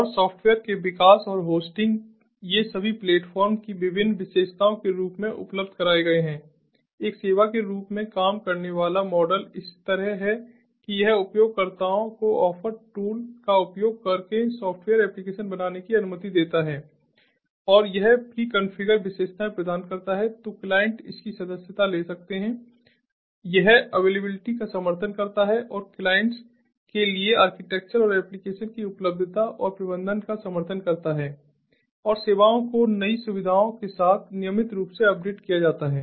और सॉफ्टवेयर के विकास और होस्टिंग ये सभी प्लेटफ़ॉर्म की विभिन्न विशेषताओं के रूप में उपलब्ध कराए गए हैं एक सेवा के रूप में काम करने वाला मॉडल इस तरह है कि यह उपयोगकर्ताओं को ऑफ़र टूल का उपयोग करके सॉफ़्टवेयर एप्लिकेशन बनाने की अनुमति देता है और यह प्रीकॉन्फ़िगर विशेषताएं प्रदान करता है तो क्लाइंट इसकी सदस्यता ले सकते हैं यह अबैलेबिलिटी का समर्थन करता है और क्लाइंट्स के लिए आर्किटेक्चर और एप्लीकेशन की उपलब्धता और प्रबंधन का समर्थन करता है और सेवाओं को नई सुविधाओं के साथ नियमित रूप से अपडेट किया जाता है